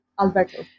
Alberto